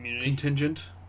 Contingent